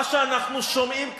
מה שאנחנו שומעים כאן,